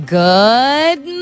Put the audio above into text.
good